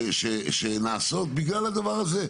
שנעשה בגלל הדבר הזה.